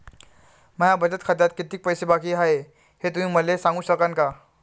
माया बचत खात्यात कितीक पैसे बाकी हाय, हे तुम्ही मले सांगू सकानं का?